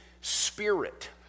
Spirit